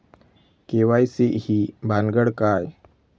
KYC ही भानगड काय?